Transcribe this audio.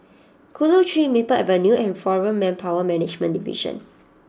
Chulia Tree Maple Avenue and Foreign Manpower Management Division